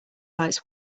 lights